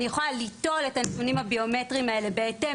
אני יכולה ליטול את הנתונים הביומטריים האלה בהתאם